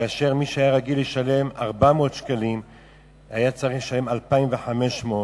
כאשר מי שהיה רגיל לשלם 400 שקלים צריך לשלם 2,500,